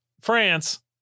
France